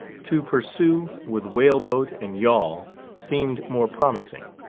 to pursue with whale-boat and yawl seemed more promising.